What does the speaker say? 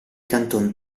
canton